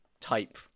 type